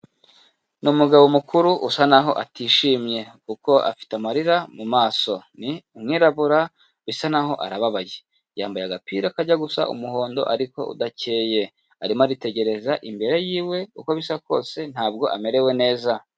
Ni umugabo mukuru usa naho atishimye, kuko afite amarira mu mu maso, ni umwirabura bisa naho arababaye, yambaye agapira kajya gusa umuhondo ariko udakeye, arimo aritegereza imbere yiwe uko bisa kose ntabwo amerewe neza.